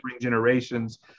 generations